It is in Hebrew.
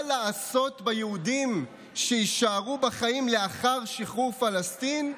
מה לעשות ביהודים שיישארו בחיים לאחר שחרור פלסטין?